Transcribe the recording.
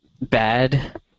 bad